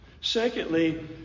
Secondly